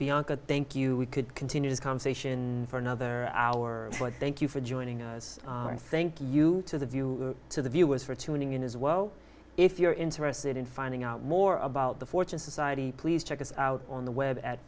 bianca thank you we could continue this conversation for another hour or thank you for joining us and thank you to the viewer to the viewers for tuning in as well if you're interested in finding out more about the fortune society please check us out on the web at